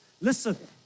listen